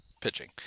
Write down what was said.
pitching